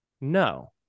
No